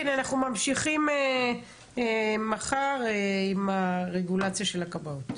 מחר אנחנו ממשיכים עם הרגולציה של הכבאות,